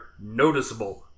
noticeable